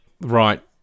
Right